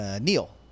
Neil